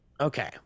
Okay